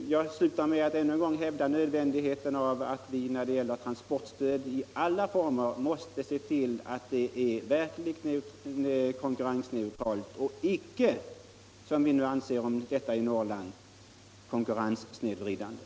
Jag slutar med att ännu en gång hävda nödvändigheten av att vi när det gäller transportstöd i alla former måste se till att det är konkurrensneutralt och inte får vara konkurrenssnedvridande, vilket vi anser att transportstödet för Norrland är.